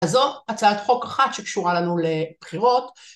אז זו הצעת חוק אחת שקשורה לנו לבחירות.